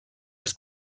las